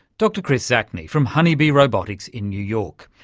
dr kris zacny from honeybee robotics in new york.